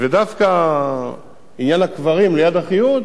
ודווקא עניין הקברים ליד אחיהוד